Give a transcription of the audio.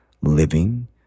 living